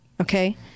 okay